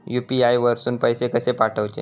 UPI वरसून पैसे कसे पाठवचे?